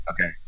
Okay